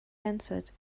answered